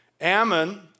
Ammon